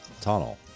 tunnel